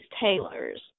tailors